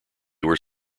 were